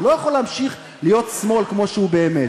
הוא לא יכול להמשיך להיות שמאל כמו שהוא באמת.